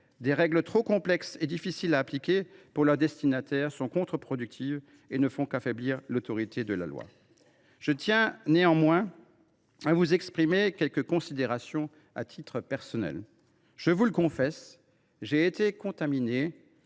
Des règles trop complexes et difficiles à appliquer pour leurs destinataires sont contre productives et ne font qu’affaiblir l’autorité de la loi. Permettez moi à présent de vous faire part de quelques considérations à titre personnel. Je vous le confesse, j’ai été contaminé